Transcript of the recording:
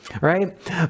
Right